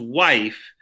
wife